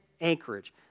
Anchorage